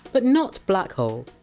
but not! black hole.